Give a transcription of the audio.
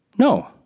No